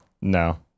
No